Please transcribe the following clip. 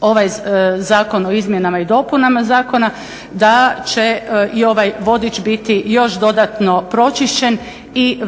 ovaj zakon o izmjenama i dopunama zakona da će i ovaj vodič biti još dodatno pročišćen i